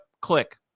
click